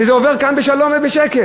וזה עובר כאן בשלום ובשקט.